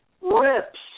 Rips